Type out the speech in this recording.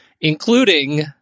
including